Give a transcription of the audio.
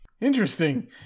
Interesting